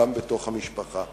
גם בתוך המשפחה.